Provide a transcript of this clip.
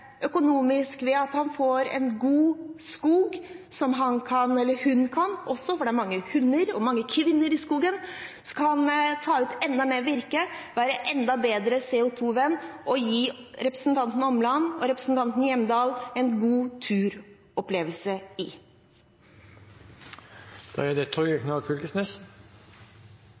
økonomisk, ved at de får en god skog der de kan ta ut enda mer virke, være en enda bedre CO 2 -venn – og gi representantene Omland og Hjemdal en god turopplevelse. I